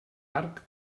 arc